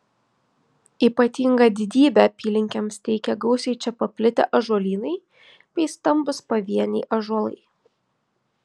ypatingą didybę apylinkėms teikia gausiai čia paplitę ąžuolynai bei stambūs pavieniai ąžuolai